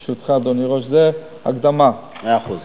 ברשותך, זאת הקדמה, מאה אחוז.